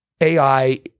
AI